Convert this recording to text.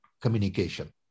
communication